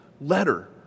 letter